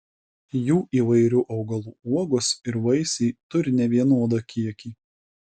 jų įvairių augalų uogos ir vaisiai turi nevienodą kiekį